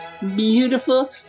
beautiful